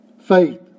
Faith